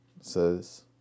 says